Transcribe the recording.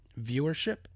viewership